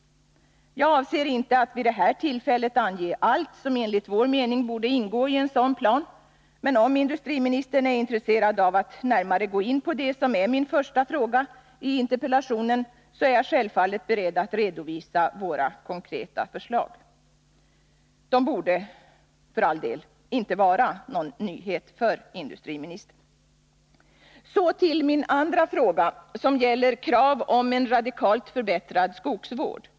Jag avser inte att vid det här tillfället ange allt som enligt vår mening borde ingå i en sådan plan, men om industriministern är intresserad av att närmare gå in på det som är min första fråga i interpellationen, är jag självfallet beredd att redovisa våra konkreta förslag. De borde för all del inte vara någon nyhet för industriministern. Så till min andra fråga, som gäller krav på en radikalt förbättrad skogsvård.